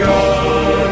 God